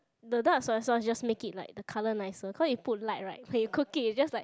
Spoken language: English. the dark soya sauce just make it like color nicer because you put light right when you cook it is just like